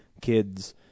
kids